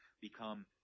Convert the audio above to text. become